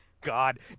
God